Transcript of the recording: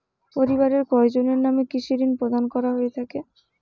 পরিবারের কয়জনের নামে কৃষি ঋণ প্রদান করা হয়ে থাকে?